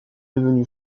devenu